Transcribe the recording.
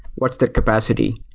what's the capacity?